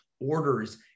orders